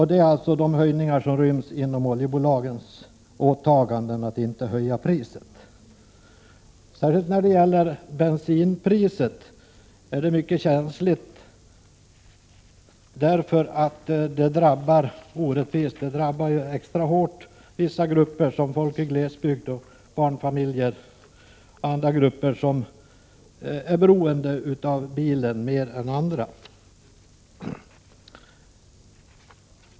Det är alltså en höjning som ryms inom oljebolagens åtaganden att inte höja priset. Särskilt höjningen av bensinskatten är mycket känslig därför att den drabbar orättvist. Den drabbar extra hårt vissa grupper som folk i glesbygd, barnfamiljer och andra grupper som är beroende av bilen mer än andra.